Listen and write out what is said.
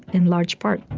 in large part,